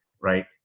right